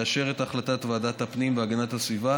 לאשר את החלטת ועדת הפנים והגנת הסביבה